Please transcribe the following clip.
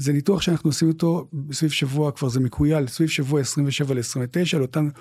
זה ניתוח שאנחנו עושים אותו בסביב שבוע כבר זה מקרויאל סביב שבוע 27-29